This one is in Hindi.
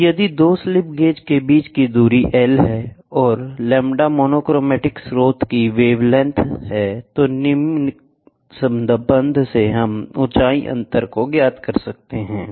तो यदि 2 स्लिप गेज के बीच की दूरी L है और λ मोनोक्रोमैटिक स्रोत की वेवलेंथ है तो निम्न संबंध में ऊंचाई अंतर h दिया जाता है